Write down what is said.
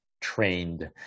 trained